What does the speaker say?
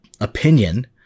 opinion